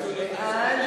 בבקשה,